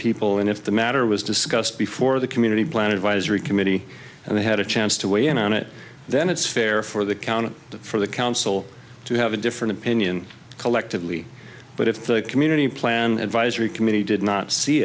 people and if the matter was discussed before the community plan advisory committee and they had a chance to weigh in on it then it's fair for the count for the council to have a different opinion collectively but if the community plan advisory committee did not see